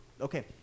Okay